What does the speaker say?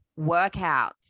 workouts